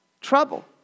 Trouble